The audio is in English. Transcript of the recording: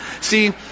See